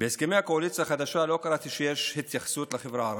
בהסכמי הקואליציה החדשה לא קראתי שיש התייחסות לחברה הערבית,